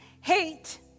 hate